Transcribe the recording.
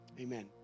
Amen